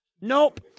Nope